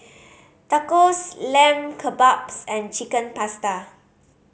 Tacos Lamb Kebabs and Chicken Pasta